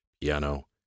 piano